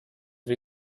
wie